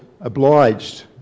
obliged